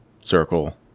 circle